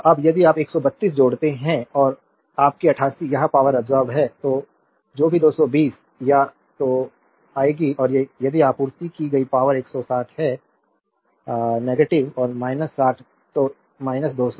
अब यदि आप 132 जोड़ते हैं और आपकी 88 यह पावरअब्सोर्बेद है जो भी 220 या तो आएगी और यदि आपूर्ति की गई पावर160 है और 60 तो 220